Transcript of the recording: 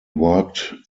worked